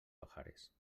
pajares